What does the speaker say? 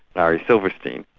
larry silverstein,